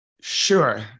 Sure